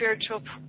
spiritual